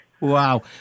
Wow